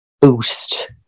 boost